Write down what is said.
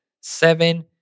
seven